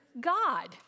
God